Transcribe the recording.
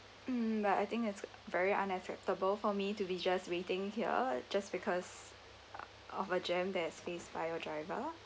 mm but I think that's very unacceptable for me to be just waiting here just because of a jam that's faced by your driver